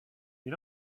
you